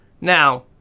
Now